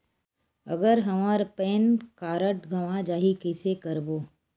अगर हमर PAN card गवां जाही कइसे करबो?